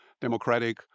democratic